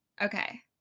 Okay